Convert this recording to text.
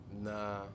Nah